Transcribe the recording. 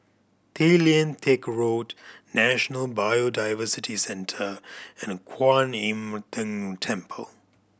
Tay Lian Teck Road National Biodiversity Centre and Kuan Im Tng Temple